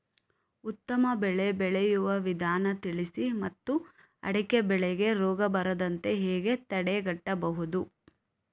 ಉತ್ತಮ ಬೆಳೆ ಬೆಳೆಯುವ ವಿಧಾನ ತಿಳಿಸಿ ಮತ್ತು ಅಡಿಕೆ ಬೆಳೆಗೆ ರೋಗ ಬರದಂತೆ ಹೇಗೆ ತಡೆಗಟ್ಟಬಹುದು?